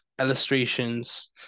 illustrations